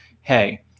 hey